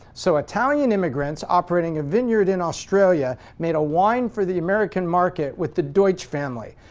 so italian immigrants, operating a vineyard in australia, made a wine for the american market, with the deutsch family.